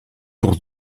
pour